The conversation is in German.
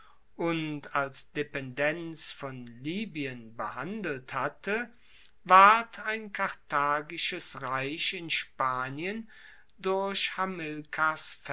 und als dependenz von libyen behandelt hatte ward ein karthagisches reich in spanien durch